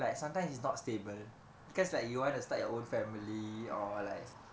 like sometimes it's not stable because like you want to start your own family or like